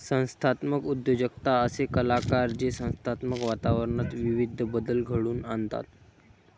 संस्थात्मक उद्योजकता असे कलाकार जे संस्थात्मक वातावरणात विविध बदल घडवून आणतात